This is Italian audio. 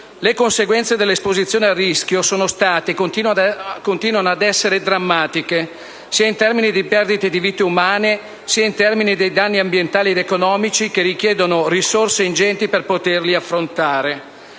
Le conseguenze dell'esposizione al rischio sono state e continuano ad essere drammatiche, sia in termini di perdita di vite umane, sia in termini di danni ambientali ed economici, che richiedono risorse ingenti per poterli affrontare.